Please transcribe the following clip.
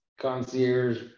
concierge